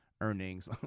Earnings